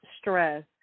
stress